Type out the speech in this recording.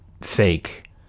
fake